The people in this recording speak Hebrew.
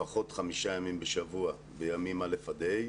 לפחות חמישה ימים בשבוע בימים א' עד ה'